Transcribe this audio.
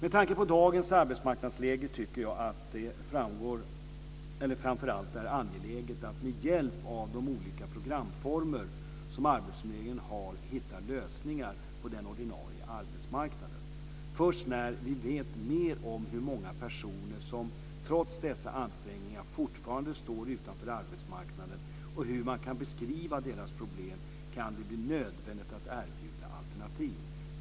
Med tanke på dagens arbetsmarknadsläge tycker jag att det framför allt är angeläget att med hjälp av de olika programformer som arbetsförmedlingen har hitta lösningar på den ordinarie arbetsmarknaden. Först när vi vet mer om hur många personer som trots dessa ansträngningar fortfarande står utanför arbetsmarknaden och hur man kan beskriva deras problem, kan det bli nödvändigt att erbjuda alternativ.